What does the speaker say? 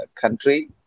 country